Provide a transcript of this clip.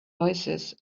oasis